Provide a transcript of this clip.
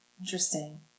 Interesting